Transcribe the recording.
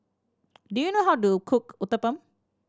do you know how to cook Uthapam